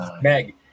meg